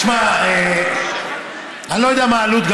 שמע, אני לא יודע מה העלות.